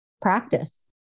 practice